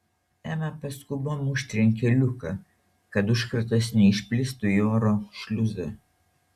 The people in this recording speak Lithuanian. ema paskubom užtrenkė liuką kad užkratas neišplistų į oro šliuzą